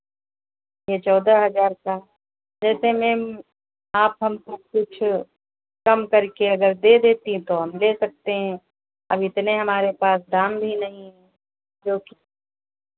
चौदह हज़ार का वैसे मैम आप हमको कुछ कम कर के अगर दे देती तो हम ले सकते हैं अब इतने हमारे पास दाम भी नहीं है क्योंकि